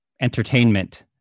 entertainment